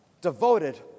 devoted